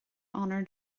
onóir